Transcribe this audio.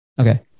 Okay